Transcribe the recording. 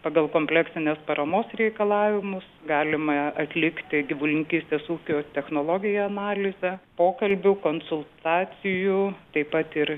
pagal kompleksinės paramos reikalavimus galima atlikti gyvulininkystės ūkio technologiją analizę pokalbių konsultacijų taip pat ir